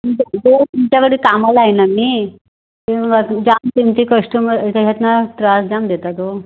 तुमच्याकडे कामाला आहे ना मी तुमचे कस्टमर त्याच्यातनं त्रास जाम देतात हो